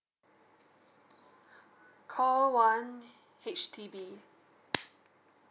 call one H_D_B